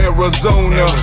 Arizona